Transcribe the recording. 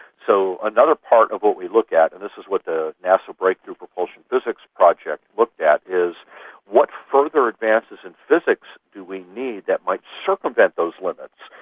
so another part of what we look at, and this is what the nasa breakthrough propulsion physics project looked at, is what further advances in physics do we need that might circumvent those limits,